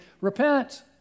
repent